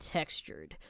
textured